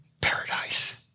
paradise